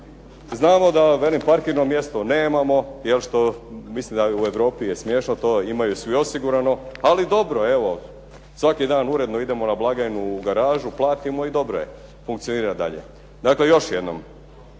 Znamo da velim parkirno mjesto nemamo, jel' što mislim da je u Europi smiješno to, imaju svi osigurano. Ali dobro, evo svaki dan uredno idemo na blagajnu u garažu, platimo i dobro je. Funkcionira dalje. Dakle još jednom.